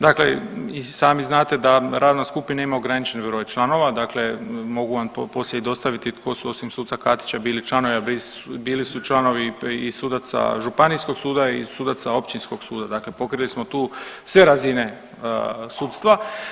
Dakle, i sami znate da radna skupina ima ograničen broj članova, dakle mogu vam poslije i dostaviti tko su osim suca Katića bili članovi, a bili su i članovi županijskog suda i sudaca općinskog suda, dakle pokrili smo tu sve razine sudstva.